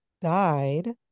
died